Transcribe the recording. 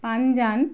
পাঞ্জান